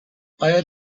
پای